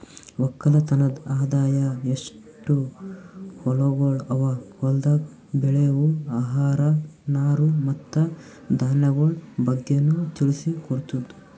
ಒಕ್ಕಲತನದ್ ಆದಾಯ, ಎಸ್ಟು ಹೊಲಗೊಳ್ ಅವಾ, ಹೊಲ್ದಾಗ್ ಬೆಳೆವು ಆಹಾರ, ನಾರು ಮತ್ತ ಧಾನ್ಯಗೊಳ್ ಬಗ್ಗೆನು ತಿಳಿಸಿ ಕೊಡ್ತುದ್